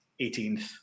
18th